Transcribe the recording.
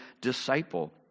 disciple